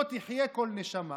לא תחיה כל נשמה,